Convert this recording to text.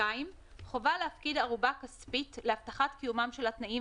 (2)חובה להפקיד ערובה כספית להבטחת קיומם של התנאים